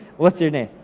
what's your name?